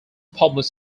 public